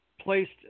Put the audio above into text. placed